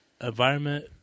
environment